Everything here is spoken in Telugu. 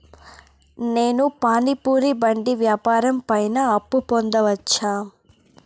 నేను పానీ పూరి బండి వ్యాపారం పైన అప్పు పొందవచ్చా?